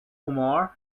omar